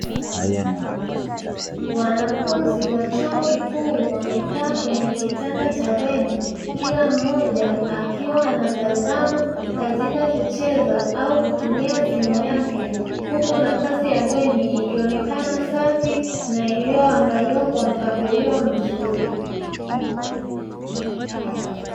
Wanafunzi wa chuo kikuu wamekaa kwenye kitanda cha bweni kila mmoja akiwa anatazama katika kucheza au kutumia simu yake, huku nafasi ya bweni ikionekana safi na iliyoandaliwa kwa mpangilio mzuri.